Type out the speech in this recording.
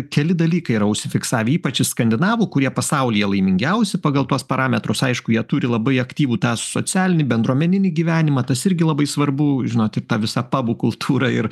keli dalykai yra užsifiksavę ypač iš skandinavų kurie pasaulyje laimingiausi pagal tuos parametrus aišku jie turi labai aktyvų tą socialinį bendruomeninį gyvenimą tas irgi labai svarbu žinot ir tą visą pabų kultūrą ir